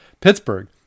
Pittsburgh